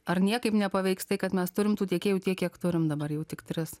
ar niekaip nepaveiks tai kad mes turim tų tiekėjų tiek kiek turim dabar jau tik tris